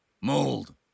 Mold